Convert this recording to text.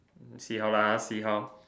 see how lah see how